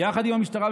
יחד עם המשטרה.